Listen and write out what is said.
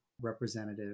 representative